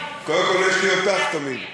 קודם כול, יש לי אותך תמיד.